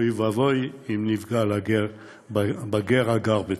אוי ואבוי אם נפגע בגר הגר בתוכנו.